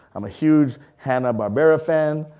i'm a huge hanna-barbera fan.